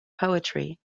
poetry